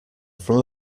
from